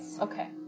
Okay